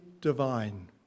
divine